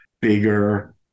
bigger